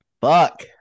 Fuck